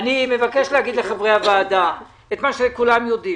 אני מבקש לומר לחברי הוועדה את מה שכולם יודעים